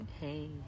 Hey